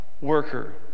worker